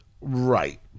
Right